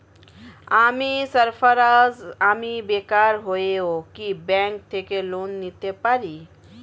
আমি সার্ফারাজ, আমি বেকার হয়েও কি ব্যঙ্ক থেকে লোন নিতে পারি?